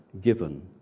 given